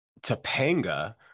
Topanga